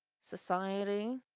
society